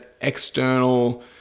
external